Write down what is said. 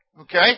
Okay